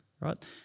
right